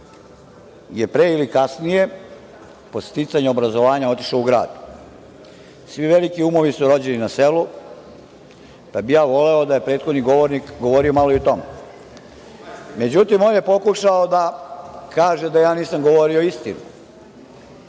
je pre ili kasnije, posle sticanja obrazovanja, otišlo u grad. Svi veliki umovi su rođeni na selu, pa bih ja voleo da je prethodni govornik govorio malo i o tome.Međutim, on je pokušao da kaže da ja nisam govorio istinu.